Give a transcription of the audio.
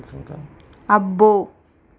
అబ్బో